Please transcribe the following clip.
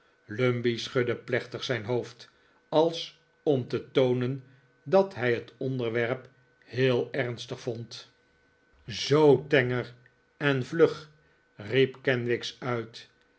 schudde plechtig zijn hoofd als om te toonen dat hij het onderwerp heel ernstig vond verpletterend nieuws zoo tenger en vlug riep kenwigs uit